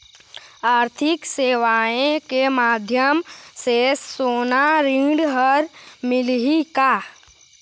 आरथिक सेवाएँ के माध्यम से सोना ऋण हर मिलही का?